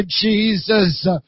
Jesus